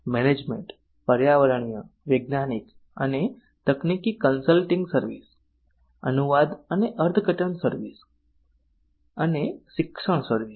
management પર્યાવરણીય વૈજ્ઞાનિક અને તકનીકી કન્સલ્ટિંગ સર્વિસ અનુવાદ અને અર્થઘટન સર્વિસ અને શિક્ષણ સર્વિસ